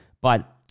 but-